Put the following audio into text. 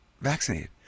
vaccinated